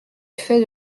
fait